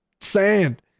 sand